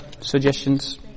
suggestions